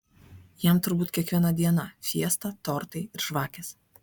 jam turbūt kiekviena diena fiesta tortai ir žvakės